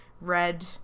red